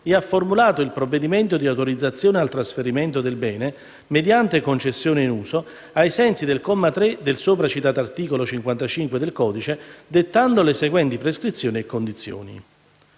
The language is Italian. ed ha formulato il provvedimento di autorizzazione al trasferimento del bene mediante concessione in uso, ai sensi del comma 3 del sopra citato articolo 55 del codice, dettando le seguenti prescrizioni e condizioni.